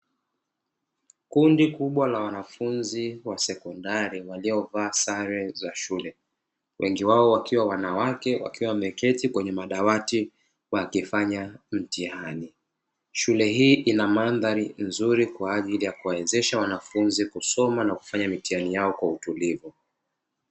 Kundi kubwa la wanafunzi wa sekondari waliovaa sare za shule wengi wao wakiwa wanawake, wakiwa wameketi kwenye madawati wakifanya mtihani. Shule hii ina mandhari nzuri kwa ajili ya kuwawezesha wanafunzi kusoma na kufanya mitihani yao kwa utulivu.